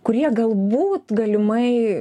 kurie galbūt galimai